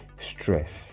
stress